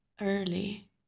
early